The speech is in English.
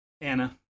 Anna